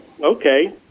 okay